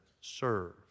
serve